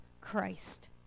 Christ